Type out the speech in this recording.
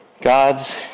God's